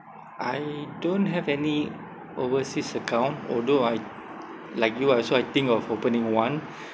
I don't have any overseas account although I like you also I think of opening one